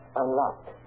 unlocked